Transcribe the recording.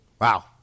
Wow